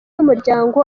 y’umuryango